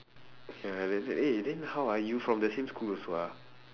okay lah then eh then how ah you from the same school also ah